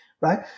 right